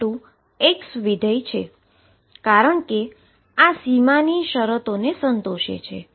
તેથી આનો અર્થ એ કે આ એક સંપૂર્ણ સેટ બનાવે છે